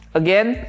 again